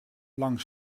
lang